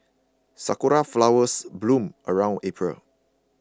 sakura flowers bloom around April